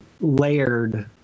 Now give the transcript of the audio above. layered